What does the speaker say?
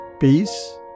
Peace